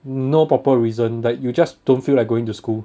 no proper reason like you just don't feel like going to school